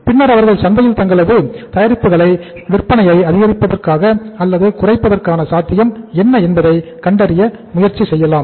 பின்னர் அவர்கள் சந்தையில் தங்களது தயாரிப்புகளின் விற்பனையை அதிகரிப்பதற்காக அல்லது குறைப்பதற்கான சாத்தியம் என்ன என்பதை கண்டறிய முயற்சி செய்யலாம்